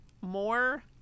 more